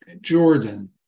Jordan